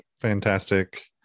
fantastic